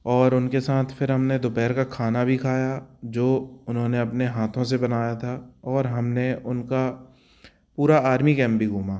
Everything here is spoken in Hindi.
और उनके साथ फिर हमने दोपहर का खाना भी खाया जो उन्होंने अपने हाथों से बनाया था और हमने उनका पूरा आर्मी कैंप भी घूमा